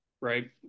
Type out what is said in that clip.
right